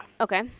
Okay